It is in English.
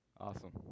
Awesome